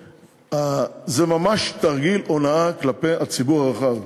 זה ממש תרגיל הונאה כלפי הציבור הרחב.